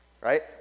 right